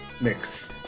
mix